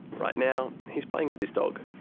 right now, he's playing with his dog.